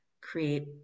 create